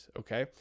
okay